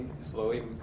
slowly